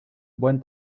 buen